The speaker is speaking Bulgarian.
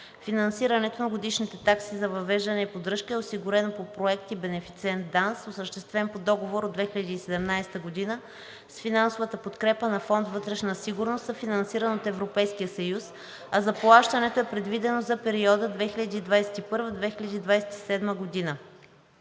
Финансирането на годишните такси за въвеждане и поддръжка е осигурено по Проект с бенефициент ДАНС, осъществен по Договор от 2017 г., с финансовата подкрепа на Фонд „Вътрешна сигурност“, съфинансиран от Европейския съюз, а заплащането е предвидено за периода 2021 – 2027 г.